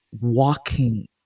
walking